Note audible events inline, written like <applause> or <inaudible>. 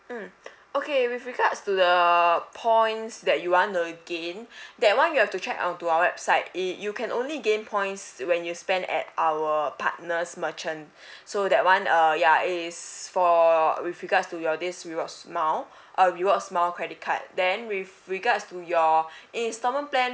mm okay with regards to the points that you want to gain that [one] you have to check onto our website it you can only gain points when you spend at our partners merchant <breath> so that [one] uh ya it's for with regards to your this rewards mile uh rewards mile credit card then with regards to your installment plan